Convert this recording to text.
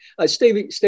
Stevie